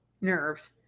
Nerves